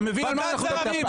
אתה מבין על מה אנחנו מדברים?